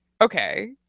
Okay